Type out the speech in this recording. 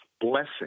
blessing